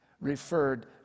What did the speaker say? referred